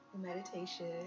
meditation